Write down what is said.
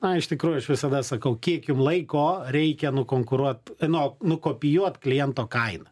na iš tikrųjų aš visada sakau kiek jum laiko reikia nukonkuruot nuo nukopijuot kliento kainą